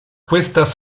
questa